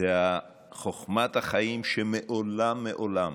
זו חוכמת החיים שמעולם מעולם